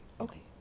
Okay